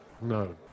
No